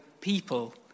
people